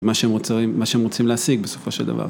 מה שהם רוצים להשיג בסופו של דבר.